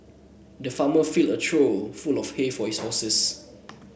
the farmer filled a trough full of hay for his horses